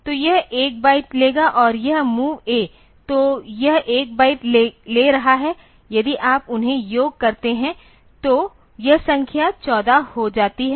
तो यह 1 बाइट लेगा और यह mov A तो यह 1 बाइट ले रहा है यदि आप उन्हें योग करते हैं तो यह संख्या 14 हो जाती है